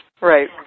right